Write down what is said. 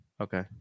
Okay